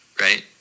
right